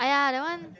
!aiya! that one